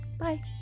Bye